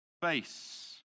face